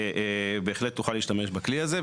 בהחלט תוכל להשתמש בכלי הזה.